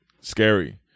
scary